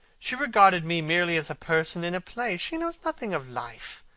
she regarded me merely as a person in a play. she knows nothing of life.